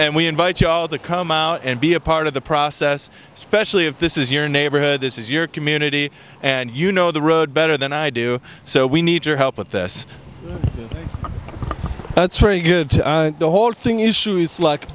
and we invite you all to come out and be a part of the process especially if this is your neighborhood this is your community and you know the road better than i do so we need your help with this that's very good to the whole thing is shoes like